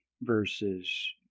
versus